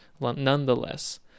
Nonetheless